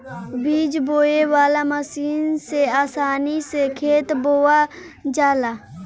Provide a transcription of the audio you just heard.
बीज बोवे वाला मशीन से आसानी से खेत बोवा जाला